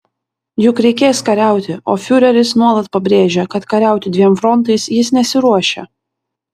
juk reikės kariauti o fiureris nuolat pabrėžia kad kariauti dviem frontais jis nesiruošia